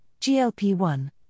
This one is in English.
GLP-1